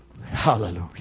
Hallelujah